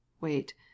wait